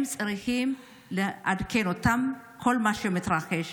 הם צריכים לעדכן אותם לגבי כל מה שמתרחש.